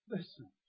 Listen